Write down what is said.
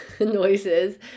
noises